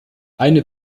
eine